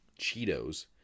Cheetos